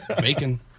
Bacon